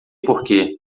porque